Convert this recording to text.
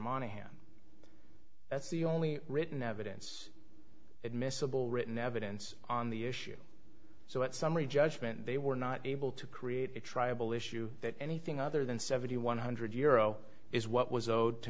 monaghan that's the only written evidence admissible written evidence on the issue so that summary judgment they were not able to create a triable issue that anything other than seventy one hundred euro is what was owed to